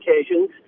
occasions